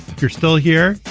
you're still here.